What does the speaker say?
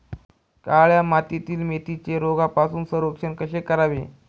काळ्या मातीतील मेथीचे रोगापासून संरक्षण कसे करावे?